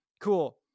cool